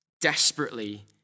desperately